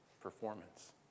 performance